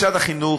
משרד החינוך,